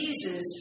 Jesus